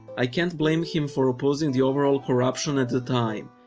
i can't blame him for opposing the overall corruption at the time,